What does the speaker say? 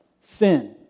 Sin